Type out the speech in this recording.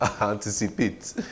anticipate